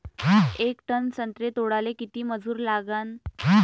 येक टन संत्रे तोडाले किती मजूर लागन?